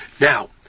Now